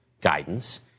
guidance